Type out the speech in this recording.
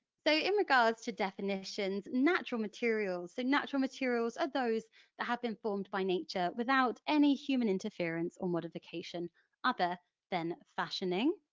so in regards to definitions, natural materials, the so natural materials are those that have been formed by nature without any human interference or modification other than fashioning.